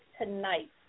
tonight